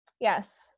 Yes